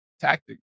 tactic